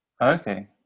Okay